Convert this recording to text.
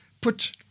put